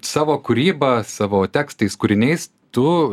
savo kūryba savo tekstais kūriniais tu